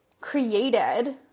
created